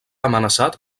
amenaçat